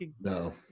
No